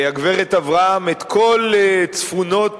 הגברת אברהם, את כל צפונות